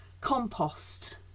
compost